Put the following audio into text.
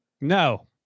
No